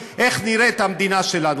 איך נראית המדינה שלנו?